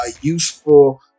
useful